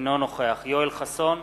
אינו נוכח יואל חסון,